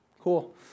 Cool